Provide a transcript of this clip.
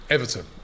Everton